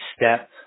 step